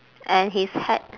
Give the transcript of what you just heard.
and his hat